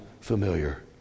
familiar